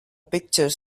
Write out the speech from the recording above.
picture